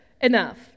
enough